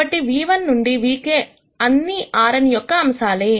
కాబట్టి ν₁ నుండి νk అన్నీ Rn యొక్క అంశాలే